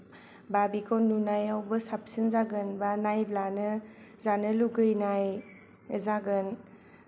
बा बेखौ नुनायावबो साबसिन जागोन बा नायब्लानो जानो लुगैनाय जागोन